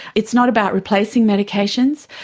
it's not about replacing medications,